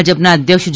ભાજપના અધ્યક્ષ જે